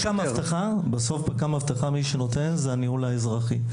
בסוף מי שנותן אבטחה זה הניהול האזרחי.